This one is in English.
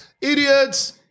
idiots